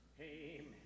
Amen